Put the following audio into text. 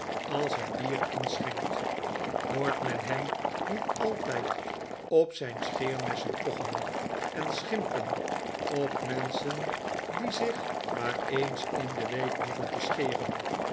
als hij bier inschenkt hoort men hem niet altijd op zijn scheermessen pochen en schimpen op menschen die zich maar eens in de week hoeven te scheren